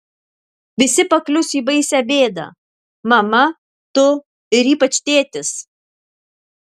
visi paklius į baisią bėdą mama tu ir ypač tėtis